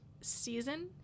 season